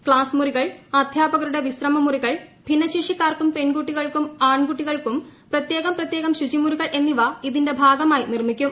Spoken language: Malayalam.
ക്സാസ് മുറികൾ അധ്യാപകരുടെ വിശ്രമമുറികൾ ഭിന്നശേഷിക്കാർക്കും പെൺകുട്ടികൾക്കും ആൺകുട്ടികൾക്കും പ്രത്യേകം പ്രത്യേകം ശുചിമുറികൾ എന്നിവ ഇതിന്റെ ഭാഗമായി നിർമിക്കും